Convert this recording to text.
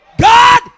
God